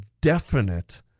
definite